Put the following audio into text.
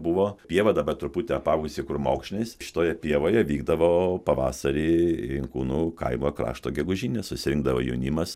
buvo pieva dabar truputį apaugusi krūmokšniais šitoje pievoje vykdavo pavasarį inkūnų kaimo krašto gegužinė susirinkdava jaunimas